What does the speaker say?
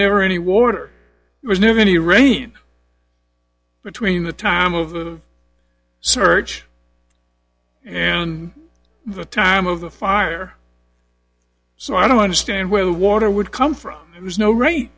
never any warder there's never any rain between the time of the search and the time of the fire so i don't understand where the water would come from there's no r